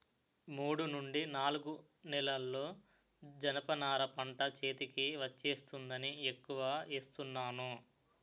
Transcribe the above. మూడు నుండి నాలుగు నెలల్లో జనప నార పంట చేతికి వచ్చేస్తుందని ఎక్కువ ఏస్తున్నాను